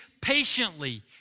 patiently